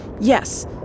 Yes